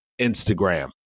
Instagram